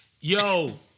Yo